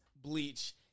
Bleach